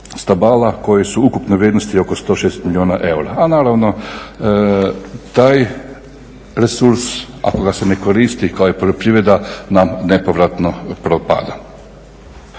stabala koje su ukupne vrijednosti oko 160 milijuna eura, a naravno taj resurs ako ga se ne koristi kao poljoprivreda nam nepovratno propada.